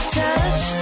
touch